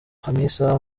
hamisa